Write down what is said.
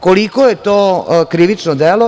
Koliko je to krivično delo?